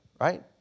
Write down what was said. right